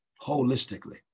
holistically